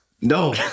No